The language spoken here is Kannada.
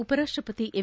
ಉಪರಾಷ್ಟ್ರಪತಿ ಎಂ